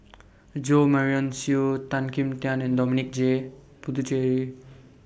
Jo Marion Seow Tan Kim Tian and Dominic J Puthucheary